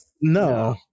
No